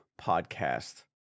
podcast